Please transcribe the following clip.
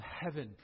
heaven